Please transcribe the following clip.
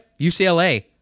UCLA